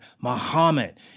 Muhammad